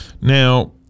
now